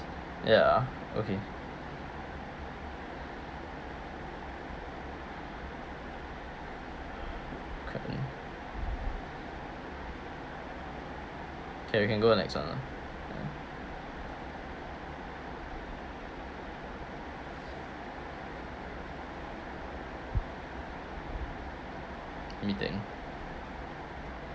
ya okay can okay we can go next [one] lah anything